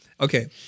okay